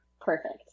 Perfect